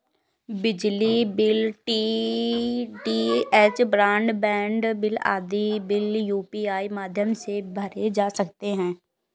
बिजली bill, DTH broadband bill आदि bill UPI माध्यम से भरे जा सकते हैं